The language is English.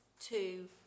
two